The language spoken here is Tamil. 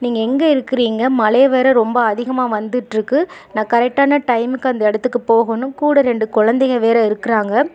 நீங்கள் எங்கே இருக்கிறீங்க மழை வேறு ரொம்ப அதிகமாக வந்துகிட்ருக்கு நான் கரெக்டான டைமுக்கு அந்த இடத்துக்கு போகணும் கூட ரெண்டு கொழந்தைங்க வேறு இருக்கிறாங்க